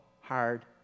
hard